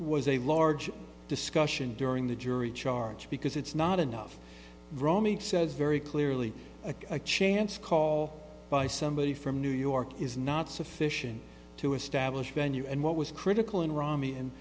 was a large discussion during the jury charge because it's not enough romy says very clearly a chance call by somebody from new york is not sufficient to establish venue and what was critical in rummy and